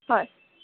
হয়